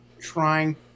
trying